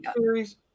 series